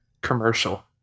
commercial